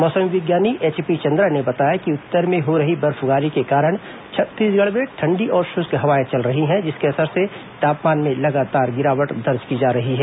मौसम विज्ञानी एचपी चंद्रा ने बताया कि उत्तर में हो रही बर्फबारी के कारण छत्तीसगढ़ में ठंडी और शुष्क हवाएं चल रही हैं जिसके असर से तापमान में लगातार गिरावट दर्ज की जा रही है